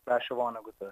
rašė vonegutas